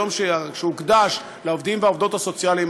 היום שהוקדש לעובדים והעובדות הסוציאליים,